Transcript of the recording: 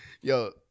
Yo